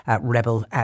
Rebel